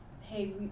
hey